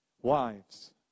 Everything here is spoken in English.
Wives